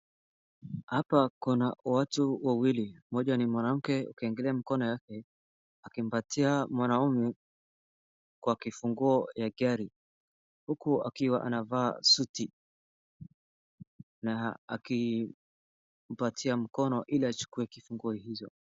Hapa kuna watu wawili, mmoja ni mwanamke ukiangalia mkono yake akimpatia mwanaume kwa kifunguo ya gari huku akiwa anavaa suti na akimpatia mkono ili achukue kifunguo hizo.